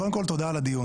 קודם כול תודה על הדיון.